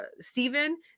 Stephen